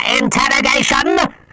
interrogation